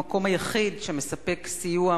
המקום היחיד שמספק סיוע,